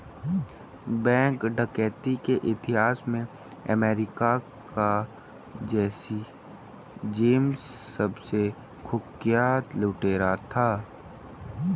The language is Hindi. बैंक डकैती के इतिहास में अमेरिका का जैसी जेम्स सबसे कुख्यात लुटेरा था